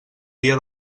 dia